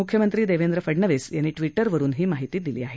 मुख्यमंत्री देवेंद्र फडणवीस यांनी ट्विटरवरून ही माहिती दिली आहे